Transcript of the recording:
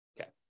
Okay